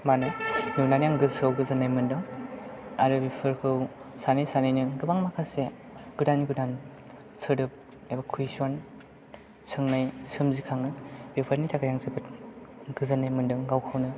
मानो नुनानै आं गोसोआव गोजोननाय मोनदों आरो बेफोरखौ सानै सानैनो गोबां माखासे गोदान गोदान सोदोब एबा कुइस'न सोंनाय सोमजिखाङो बेफोरनि थाखाय आं जोबोद गोजोननाय मोनदों गावखौनो